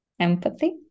empathy